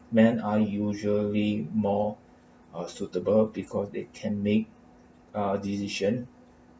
men are usually more uh suitable because they can make uh decisions